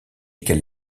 qu’elle